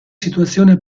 situazione